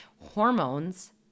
Hormones